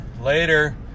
later